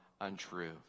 untrue